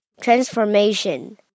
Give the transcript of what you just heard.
transformation